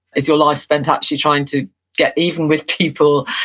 is your life spent actually trying to get even with people,